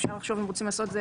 אפשר לחשוב אם רוצים לעשות זה